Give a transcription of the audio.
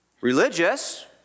religious